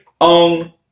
own